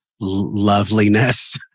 loveliness